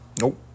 Nope